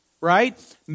right